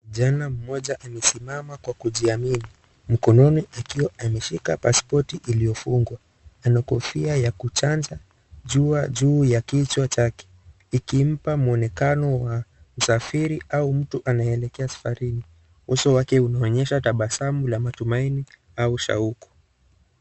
Kijana mmoja amesimama kwa kujiamini. Mkononi akiwa ameshika pasipoti iliyofungwa. Ana kofia ya kuchanja juu ya kichwa chake ikimpa muonekano wa usafiri au mtu anayeelekea safarini. Uso wake unaonyesha tabasamu la matumaini au shauku.